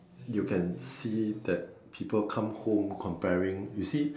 you can see that people come home comparing you see